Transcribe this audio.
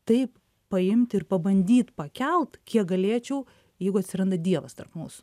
taip paimt ir pabandyt pakelt kiek galėčiau jeigu atsiranda dievas tarp mūsų